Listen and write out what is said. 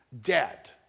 dead